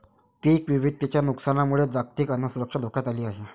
पीक विविधतेच्या नुकसानामुळे जागतिक अन्न सुरक्षा धोक्यात आली आहे